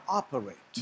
operate